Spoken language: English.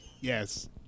Yes